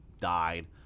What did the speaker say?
died